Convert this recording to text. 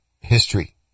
history